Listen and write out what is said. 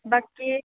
बाकि